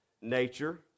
nature